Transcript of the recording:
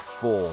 four